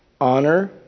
Honor